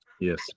Yes